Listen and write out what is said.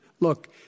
Look